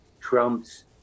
Trump's